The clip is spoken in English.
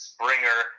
Springer